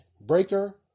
Breaker